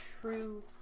true